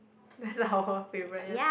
that's our favourite ya